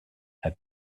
had